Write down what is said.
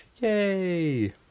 yay